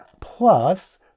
Plus